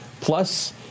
plus